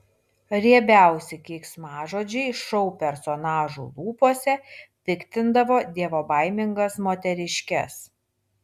riebiausi keiksmažodžiai šou personažų lūpose piktindavo dievobaimingas moteriškes